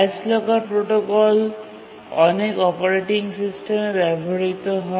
highest locker protocol অনেক operating সিস্টেমে ব্যবহৃত হয়